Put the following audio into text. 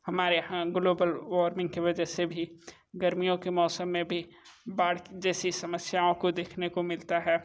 हमारे यहाँ global warming की वजह से भी गर्मियों के मौसम में भी बाढ़ जैसी समस्याओं को देखने को मिलता है